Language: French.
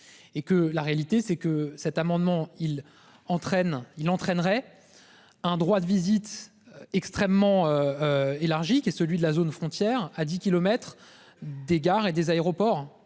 Et que la réalité c'est que cet amendement il entraîne il entraînerait. Un droit de visite extrêmement. Élargi qui est celui de la zone frontière à 10 kilomètres des gares et des aéroports